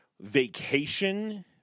vacation